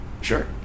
Sure